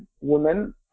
women